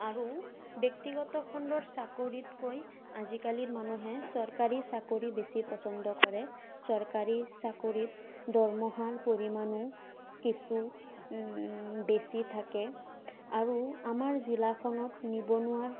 আৰু ব্যক্তিগতখণ্ডৰ চাকৰিতকৈ আজিকালি মানুহে চৰকাৰী চাকৰি বেছি পছন্দ কৰে চৰকাৰী চাকৰিত দৰমহাৰ পৰিমাণো কিছু বেছি থাকে আৰু আমাৰ জিলাখনত নিবনুৱাৰ